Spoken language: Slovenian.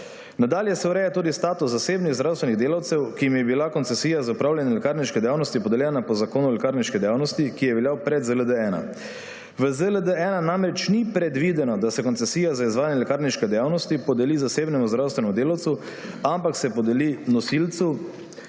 Nadalje se ureja tudi status zasebnih zdravstvenih delavcev, ki jim je bila koncesija za opravljanje lekarniške dejavnosti podeljena po Zakonu o lekarniški dejavnosti, ki je veljal pred ZLD-1. V ZLD-1 namreč ni predvideno, da se koncesija za izvajanje lekarniške dejavnosti podeli zasebnemu zdravstvenemu delavcu, ampak se podeli nosilcu